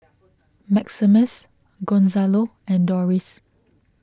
Maximus Gonzalo and Doris